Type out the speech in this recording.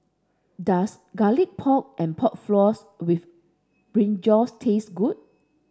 does garlic pork and pork floss with brinjal taste good